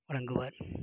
வழங்குவார்